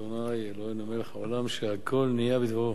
ברוך אתה ה' אלוהינו מלך העולם שהכול נהיה בדברו.